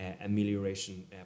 amelioration